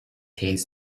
things